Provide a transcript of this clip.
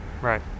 right